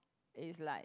is like